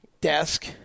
desk